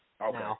Okay